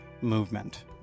movement